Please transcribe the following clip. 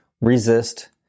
resist